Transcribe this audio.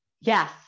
Yes